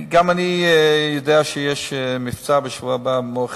גם אני יודע שבשבוע הבא יש מבצע של מוח עצם.